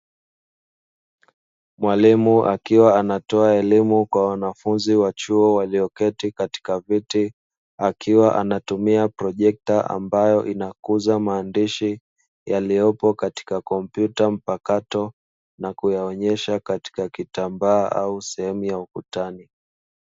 Mwalimu akiwa anatoa elimu kwa wanafunzi wa chuo walioketi katika viti, akiwa anatumia projekta ambayo inakuza maandishi yaliyopo katika kompyuta mpakato, na kuyaonyesha katika kitambaa au sehemu ya ukutani.